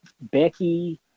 Becky